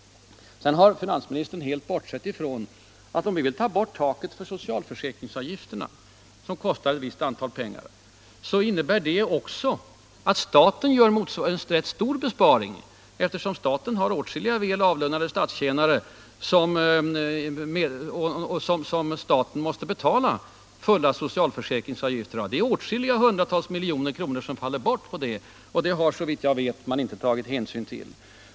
Sedan har finansministern helt bortsett ifrån att om vi vill ta bort taket för socialförsäkringsavgifterna, som kostar ett visst antal kronor, innebär det också att staten gör en rätt stor besparing, eftersom det finns åtskilliga väl avlönade statstjänare som staten måste betala fulla socialförsäkringsavgifter för. Det är åtskilliga hundratal miljoner som faller bort på det, men det har man såvitt jag vet inte tagit hänsyn till.